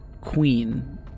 queen